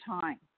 time